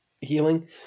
healing